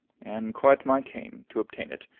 and quite my cane, to obtain it.